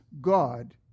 God